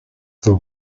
the